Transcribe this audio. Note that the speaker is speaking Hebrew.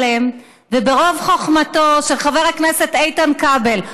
וברוב חוכמתו של חבר הכנסת איתן כבל,